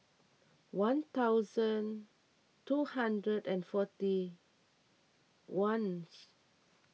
one thousand two hundred and forty one